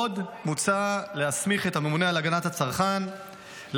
עוד מוצע להסמיך את הממונה על הגנת הצרכן להטיל